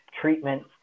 treatment